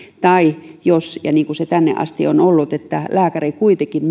tai jos niin kuin se tänne asti on ollut lääkäri kuitenkin